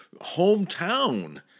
hometown